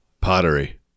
pottery